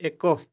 ଏକ